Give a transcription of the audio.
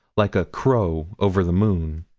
like a crow over the moon.